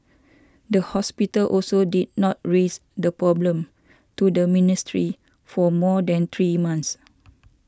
the hospital also did not raise the problem to the ministry for more than three months